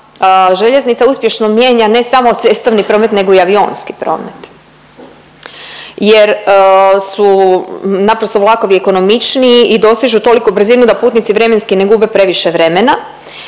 željeznica uspješno mijenja ne samo cestovni promet nego i avionski promet jer su naprosto vlakovi ekonomičniji i dostižu toliku brzinu da putnici vremenski ne gube previše vremena